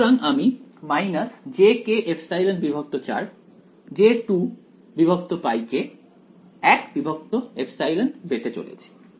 সুতরাং আমি jkε4 j2πk 1ε পেতে চলেছি